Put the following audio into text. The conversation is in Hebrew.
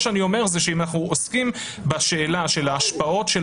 שאני אומר זה שאם אנחנו עוסקים בשאלה של ההשפעות של